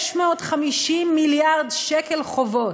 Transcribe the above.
650 מיליארד שקל חובות.